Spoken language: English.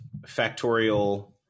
factorial –